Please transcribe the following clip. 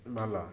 ଭଲ